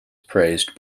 praised